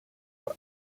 for